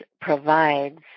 provides